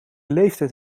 leeftijd